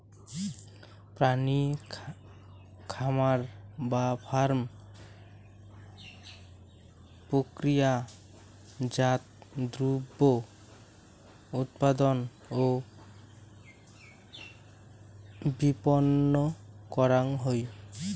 প্রাণী খামার বা ফার্ম প্রক্রিয়াজাত দ্রব্য উৎপাদন ও বিপণন করাং হই